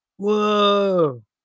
Whoa